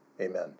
Amen